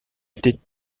était